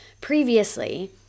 previously